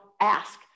ask